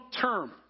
term